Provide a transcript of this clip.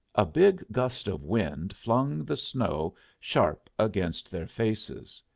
a big gust of wind flung the snow sharp against their faces.